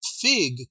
fig